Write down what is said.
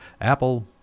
Apple